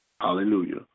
Hallelujah